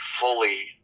fully